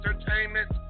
Entertainment